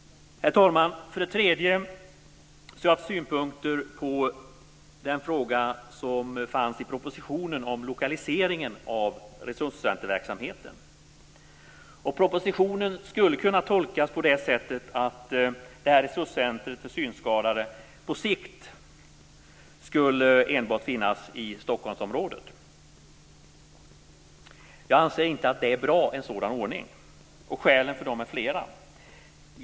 Herr talman! Jag har också haft synpunkter på det som står i propositionen om lokaliseringen av resurscentrumverksamheten. Propositionen skulle kunna tolkas på det sättet att resurscentrum för synskadade på sikt skulle enbart finnas i Stockholmsområdet. Jag anser inte att en sådan ordning är bra. Skälet för det är flera.